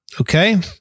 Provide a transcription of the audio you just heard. Okay